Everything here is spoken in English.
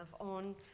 on